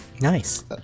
nice